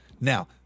Now